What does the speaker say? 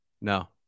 no